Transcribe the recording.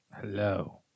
Hello